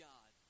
God